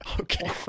Okay